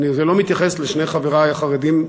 זה לא מתייחס לשני חברי החרדים,